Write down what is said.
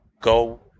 go